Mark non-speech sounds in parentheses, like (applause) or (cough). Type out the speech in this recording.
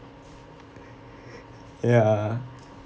(noise) ya